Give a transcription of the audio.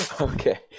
Okay